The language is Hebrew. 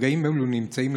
ברגעים אלו נמצאים,